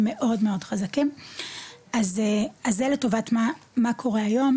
מאוד מאוד חזקים אז זה לטובת מה קורה היום,